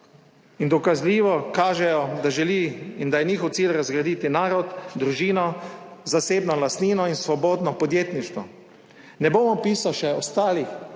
in dokazljivo kažejo, da želijo in da je njihov cilj razgraditi narod, družino, zasebno lastnino in svobodno podjetništvo. Ne bom opisal še ostalih